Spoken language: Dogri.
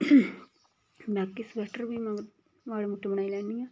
में अपने स्वैटर बी हून माड़े मुट्टे बनाई लैन्नी आं